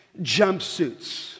jumpsuits